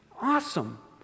Awesome